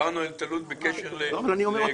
על התעללות בקשר לקנטור.